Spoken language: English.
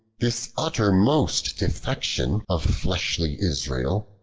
this uttermost defection of fleshly israel,